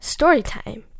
Storytime